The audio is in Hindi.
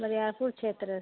बलिआपुर क्षेत्र से